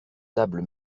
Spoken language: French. table